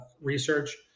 research